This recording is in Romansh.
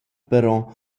però